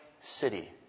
city